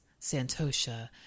Santosha